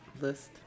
list